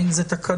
האם אלה תקנות.